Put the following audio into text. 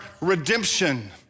redemption